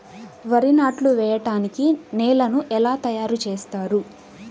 వరి నాట్లు వేయటానికి నేలను ఎలా తయారు చేస్తారు?